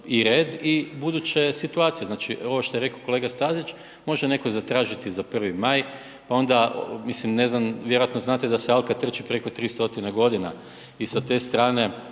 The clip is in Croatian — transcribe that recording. i red i buduće situacije, znači ovo što je rekao kolega Stazić, može netko zatražiti za 1. maj, pa onda, mislim ne znam, vjerojatno znate da se Alka trči preko 3 stotine godine i sa te strane